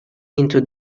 into